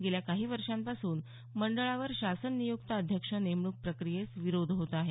गेल्या काही वर्षांपासून मंडळावर शासन नियुक्त अध्यक्ष नेमणूक प्रक्रियेस विरोध होत आहे